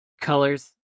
colors